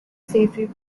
safety